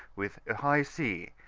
with a high sea,